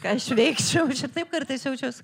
ką aš veikčiau aš ir taip kartais jaučiuos